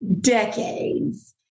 decades